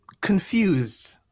Confused